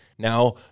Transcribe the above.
Now